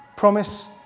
promise